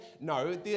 No